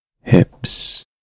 hips